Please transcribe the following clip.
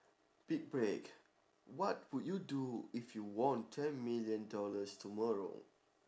pit break what would you do if you won ten million dollars tomorrow